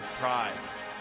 prize